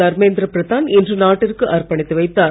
தர்மேந்திர பிரதான் இன்று நாட்டிற்கு அர்ப்பணித்து வைத்தார்